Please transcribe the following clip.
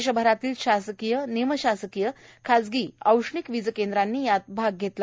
देशभरातील शासकीय निमशासकीय खाजगी औष्णिक वीज केंद्रांनी यात भाग घेतला